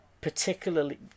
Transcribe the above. particularly